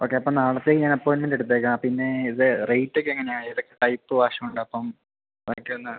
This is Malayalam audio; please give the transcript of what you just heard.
ഓക്കെ അപ്പം നാളത്തേക്ക് ഞാൻ അപ്പോയിൻമെൻ്റ് എടുത്തേക്കാം പിന്നെ ഇത് റേറ്റൊക്കെ എങ്ങനെയാണ് ഏത് ടൈപ്പ് വാഷുണ്ടപ്പം പറ്റുന്ന